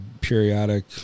periodic